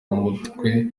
umutwe